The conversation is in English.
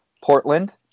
Portland